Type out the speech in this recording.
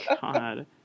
God